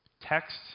text